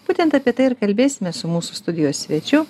būtent apie tai ir kalbėsime su mūsų studijos svečiu